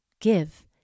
give